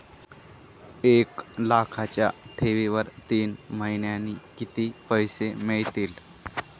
एक लाखाच्या ठेवीवर तीन महिन्यांनी किती पैसे मिळतील?